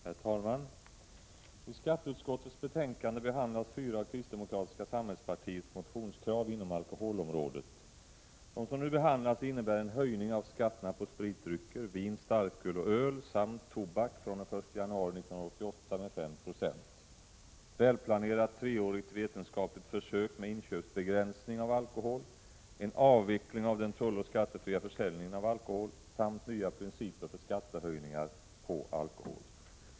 Herr talman! I skatteutskottets betänkande behandlas fyra av kristdemokratiska samhällspartiets motionskrav inom alkoholområdet. De som nu behandlas innebär en höjning av skatterna på spritdrycker, vin, starköl och öl samt tobak från den 1 januari 1988 med 5 96, ett välplanerat treårigt vetenskapligt försök med inköpsbegränsning av alkohol, en avveckling av den tulloch skattefria försäljningen av alkohol samt nya principer för skattehöjningar på alkohol.